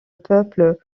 peuple